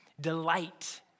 delight